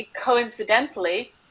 coincidentally